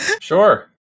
Sure